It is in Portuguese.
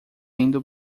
indo